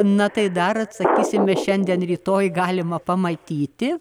na tai dar atsakysime šiandien rytoj galima pamatyti